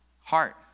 Heart